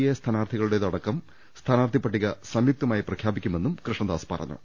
A സ്ഥാനാർഥികളുടേതടക്കം സ്ഥാനാർഥി പട്ടിക സംയുക്തമായി പ്രഖ്യാപിക്കുമെന്നും കൃഷ്ണദാസ് പറഞ്ഞു